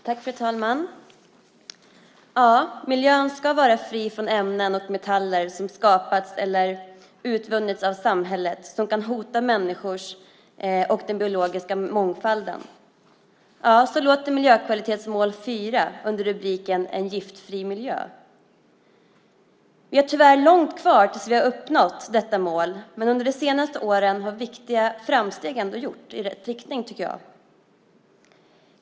Fru talman! "Miljön ska vara fri från ämnen och metaller som skapats i eller utvunnits av samhället som kan hota människors hälsa eller den biologiska mångfalden." Så låter miljökvalitetsmål 4 under rubriken Giftfri miljö. Vi har tyvärr långt kvar tills vi har uppnått detta mål, men under de senaste åren har viktiga framsteg i rätt riktning ändå gjorts, tycker jag.